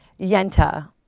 yenta